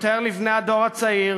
יותר לבני הדור הצעיר.